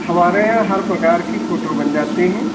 हमारे यहाँ हर प्रकार की फोटो बन जाती है